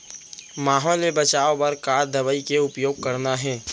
माहो ले बचाओ बर का दवई के उपयोग करना हे?